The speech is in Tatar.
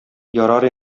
ярар